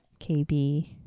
KB